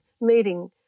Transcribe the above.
meeting